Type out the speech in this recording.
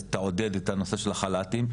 שתעודד את הנושא של החל"תים.